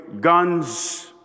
guns